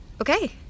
Okay